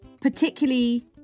particularly